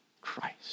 Christ